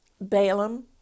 Balaam